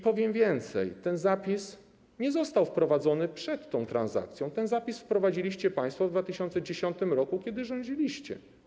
Powiem więcej, ten zapis nie został wprowadzony przed tą transakcją, ten zapis wprowadziliście państwo w 2010 r., kiedy rządziliście.